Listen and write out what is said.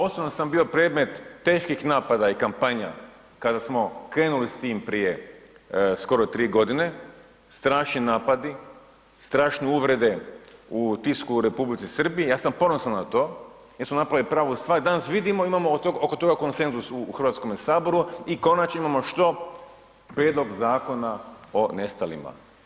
Osobno sam bio predmet teških napada i kampanja kada smo krenuli s tim prije skoro 3.g., strašni napadi, strašne uvrede u tisku u Republici Srbiji, ja sam ponosan na to jer smo napravili pravu stvar i danas vidimo, imamo oko toga konsenzus u HS i konačno imamo što, prijedlog zakona o nestalima.